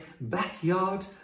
backyard